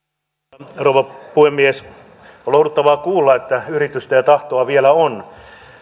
arvoisa rouva puhemies on lohduttavaa kuulla että yritystä ja tahtoa vielä on